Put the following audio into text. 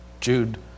Jude